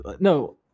No